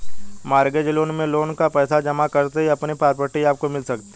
mortgage loan में loan का पैसा जमा करते ही अपनी प्रॉपर्टी आपको मिल सकती है